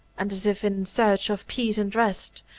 and, as if in search of peace and rest,